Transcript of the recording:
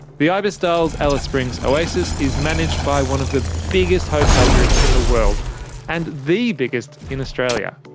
the ibis styles alice springs oasis is managed by one of the biggest hotel groups in the world and the biggest in australia.